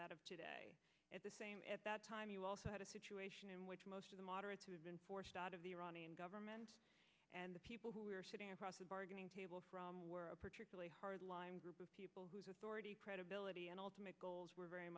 challenging at the same time you also had a situation in which most of the moderates have been forced out of the iranian government and the people who are sitting across the bargaining table from where a particularly hard line group of people whose authority credibility and ultimate goals were very